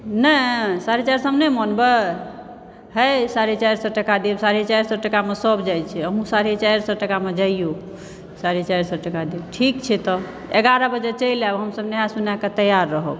नहि साढे चारि सएमऽ नहि मानबै हइ साढे चारि सए टाका देब साढे चारि सए टाकामऽ सभ जाइ छै अहूँ साढे चारि सए टाकामऽ जाइऔ साढे चारि सए टाका देब ठीक छै तऽ एगारह बजे चलि आयब हमसभ नहाय सोनायकऽ तैआर रहब